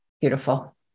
beautiful